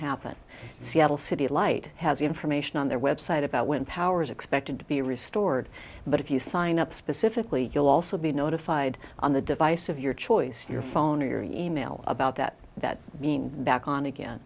happen seattle city light has the information on their website about when power is expected to be restored but if you sign up specifically you'll also be notified on the device of your choice your phone or your e mail about that that means back on again